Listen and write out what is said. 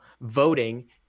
voting